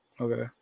Okay